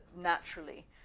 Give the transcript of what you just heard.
naturally